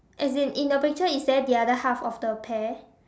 as in in the picture is there the other half of the pear